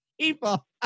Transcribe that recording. people